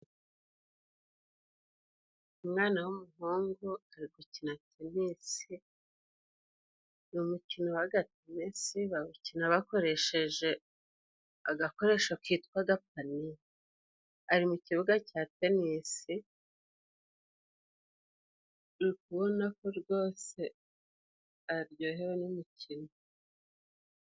Umwana w'umuhungu ari gukina tenisi. Ni umukino w'agatenesi bawukina bakoresheje agakoresho kitwa agapaniye. Ari mu kibuga cya tenisi, uri kubonako rwose aryohewe n'umikino.